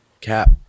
Cap